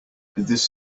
this